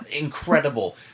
incredible